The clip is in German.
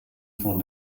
von